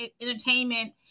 entertainment